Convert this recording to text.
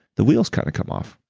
the wheels kind of come off.